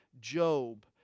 Job